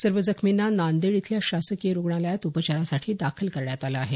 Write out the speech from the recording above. सर्व जखमींना नांदेड इथल्या शासकीय रुग्णालयात उपचारासाठी दाखल करण्यात आलं आहे